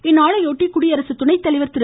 இந்நாளையொட்டி குடியரசுத் துணைத்தலைவர் திரு